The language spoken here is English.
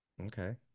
Okay